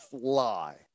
fly